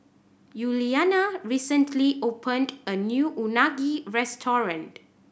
Yuliana recently opened a new Unagi restaurant